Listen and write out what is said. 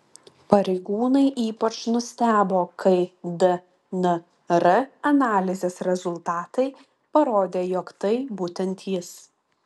pareigūnai ypač nustebo kai dnr analizės rezultatai parodė jog tai būtent jis